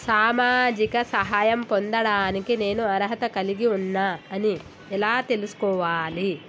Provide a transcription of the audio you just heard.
సామాజిక సహాయం పొందడానికి నేను అర్హత కలిగి ఉన్న అని ఎలా తెలుసుకోవాలి?